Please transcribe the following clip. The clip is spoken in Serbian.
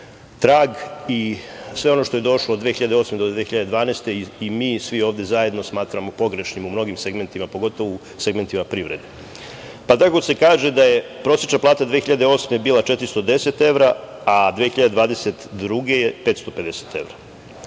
trag i sve ono što je došlo od 2008. godine do 2012. godine i mi i svi ovde zajedno smatramo pogrešnim u mnogim segmentima, pogotovo u segmentima privrede. Tako se kaže da je prosečna plata 2008. bila 410 evra, a 2022. godine je 550 evra.